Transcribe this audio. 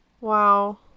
Wow